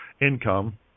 income